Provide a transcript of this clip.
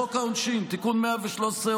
חוק העונשין (תיקון 133,